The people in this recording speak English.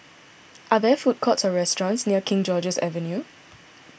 are there food courts or restaurants near King George's Avenue